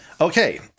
Okay